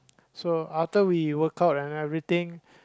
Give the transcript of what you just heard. so after we work out and everything